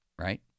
right